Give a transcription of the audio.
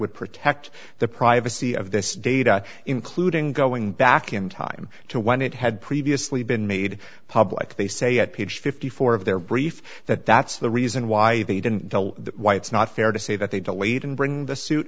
would protect the privacy of this data including going back in time to when it had previously been made public they say at page fifty four dollars of their brief that that's the reason why they didn't why it's not fair to say that they delayed in bringing the suit